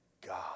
God